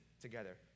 together